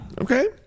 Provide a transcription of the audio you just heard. Okay